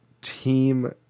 team